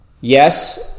Yes